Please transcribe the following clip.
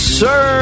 sir